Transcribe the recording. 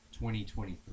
2023